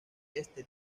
este